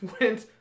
went